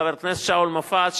חבר הכנסת שאול מופז,